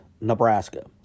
Nebraska